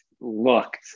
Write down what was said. looked